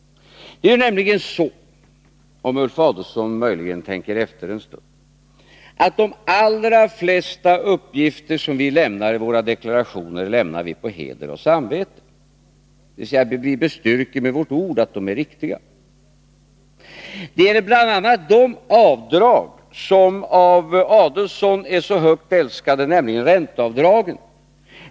Om Ulf Adelsohn tänker efter en stund erinrar han sig säkert att de allra flesta uppgifter som vi lämnar i våra deklarationer, lämnar vi på heder och samvete, dvs. vi bestyrker med vårt ord att de är riktiga. Det gäller bl.a. de avdrag som av Ulf Adelsohn är så högt älskade, nämligen ränteavdragen.